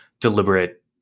deliberate